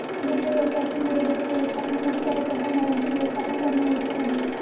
दुग्ध व्यवसायातील गुरेढोरे व्यवस्थापनासाठी सर्वप्रथम घरांचे व्यवस्थापन करणे आवश्यक आहे